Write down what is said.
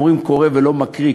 אומרים "קורא" ולא "מקריא",